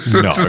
No